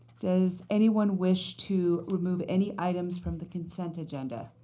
does anyone wish to remove any items from the consent agenda?